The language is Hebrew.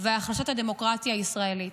והחלשת הדמוקרטיה הישראלית.